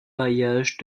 bailliage